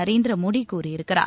நரேந்திர மோடி கூறியிருக்கிறார்